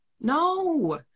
No